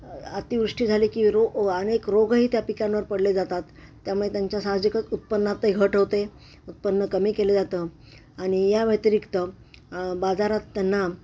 अतिवृष्टी झाली की रो अनेक रोगही त्या पिकांवर पडले जातात त्यामुळे त्यांच्या साहजिकच उत्पन्नातही घट होते उत्पन्न कमी केलं जातं आणि या व्यतिरिक्त बाजारात त्यांना